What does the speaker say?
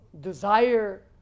desire